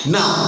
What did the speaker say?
Now